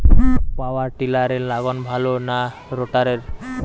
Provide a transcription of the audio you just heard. পাওয়ার টিলারে লাঙ্গল ভালো না রোটারের?